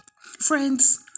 Friends